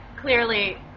Clearly